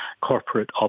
corporate